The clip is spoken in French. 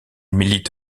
milite